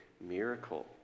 miracle